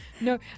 No